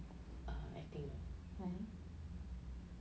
err acting ah